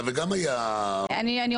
וגם היה --- אני לא חולקת עליך,